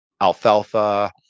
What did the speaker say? alfalfa